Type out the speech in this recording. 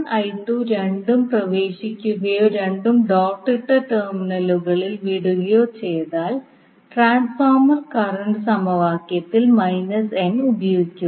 • രണ്ടും പ്രവേശിക്കുകയോ രണ്ടും ഡോട്ട് ഇട്ട ടെർമിനലുകൾ വിടുകയോ ചെയ്താൽ ട്രാൻസ്ഫോർമർ കറണ്ട് സമവാക്യത്തിൽ n ഉപയോഗിക്കുക